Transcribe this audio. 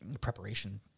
preparation